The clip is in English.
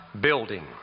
building